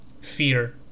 fear